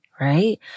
right